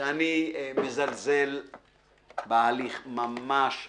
שאני מזלזל בהליך, ממש לא.